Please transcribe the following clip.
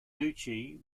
duchy